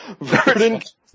Verdant